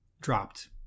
dropped